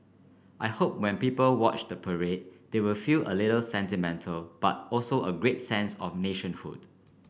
I hope when people watch the parade they will feel a little sentimental but also a great sense of nationhood